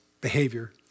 behavior